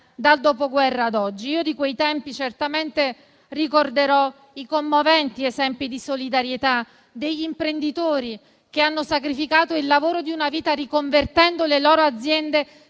dal dopoguerra ad oggi. Io di quei tempi certamente ricorderò i commoventi esempi di solidarietà degli imprenditori che hanno sacrificato il lavoro di una vita riconvertendo le loro aziende